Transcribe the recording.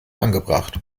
angebracht